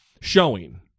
showing